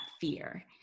fear